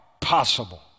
possible